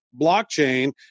blockchain